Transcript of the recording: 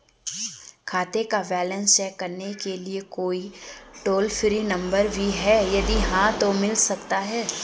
खाते का balance check करने के लिए कोई टॉल फ्री नम्बर भी है यदि हाँ तो मिल सकता है?